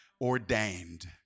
ordained